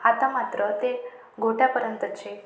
आता मात्र ते घोट्यापर्यंतचे